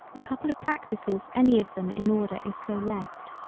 a couple of practices any of them in order is so left.